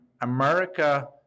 America